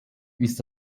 ist